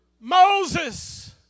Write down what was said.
Moses